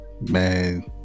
Man